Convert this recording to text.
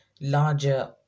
larger